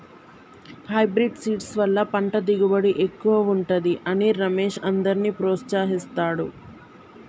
hybrid seeds వల్ల పంట దిగుబడి ఎక్కువుంటది అని రమేష్ అందర్నీ ప్రోత్సహిస్తాడు